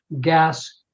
gas